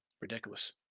Ridiculous